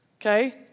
Okay